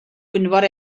gwynfor